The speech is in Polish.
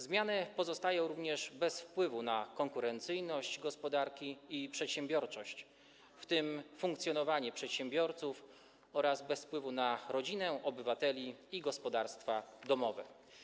Zmiany pozostają bez wpływu również na konkurencyjność gospodarki i przedsiębiorczość, w tym funkcjonowanie przedsiębiorców, oraz bez wpływu na rodzinę, obywateli i gospodarstwa domowe.